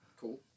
Cool